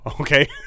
okay